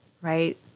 right